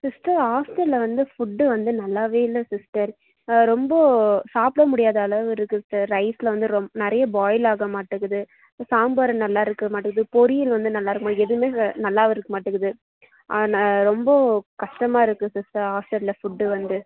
sister ஹாஸ்டலில் வந்து food வந்து நல்லாவே இல்லை சிஸ்டர் ரொம்ப சாப்பிட முடியாத அளவு இருக்குது சிஸ்டர் ரைஸில் வந்து ரொ நிறைய பாயில் ஆக மாட்டேங்கிது சாம்பார் நல்லாயிருக்க மாட்டுது பொரியல் வந்து நல்லாயிருக்க மாட்டுது எதுவுமே நல்லாவும் இருக்க மாட்டேங்கிது ரொம்ப கஷ்டமாக இருக்குது சிஸ்டர் ஹாஸ்டலில் ஃபுட்டு வந்து